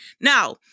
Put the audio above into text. Now